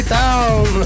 down